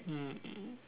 mm